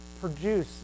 produce